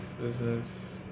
business